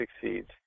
succeeds